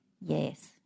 yes